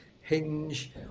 hinge